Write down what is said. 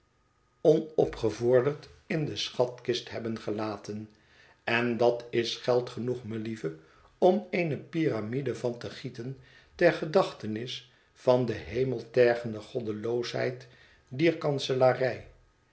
onopgevorderd in de schatkist hebben gelaten en dat is geld genoeg melieve om eene piramide van te gieten ter gedachtenis van de hemeltergende goddeloosheid dier kanselarij